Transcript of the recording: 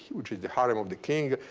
which is the harem of the king,